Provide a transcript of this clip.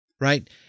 right